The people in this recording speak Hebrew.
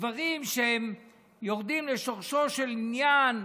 דברים שיורדים לשורשו של עניין,